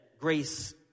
grace